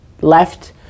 left